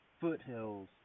foothills